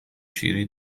شیری